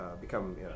become